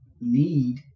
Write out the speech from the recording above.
need